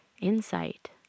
insight